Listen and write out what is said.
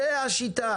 זו השיטה.